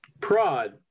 Prod